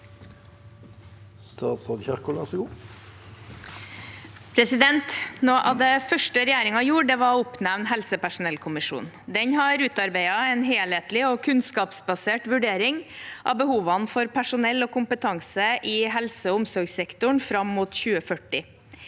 Noe av det før- ste regjeringen gjorde, var å oppnevne helsepersonellkommisjonen. Den har utarbeidet en helhetlig og kunnskapsbasert vurdering av behovene for personell og kompetanse i helse- og omsorgssektoren fram mot 2040.